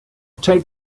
take